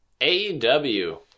AEW